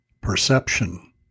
Perception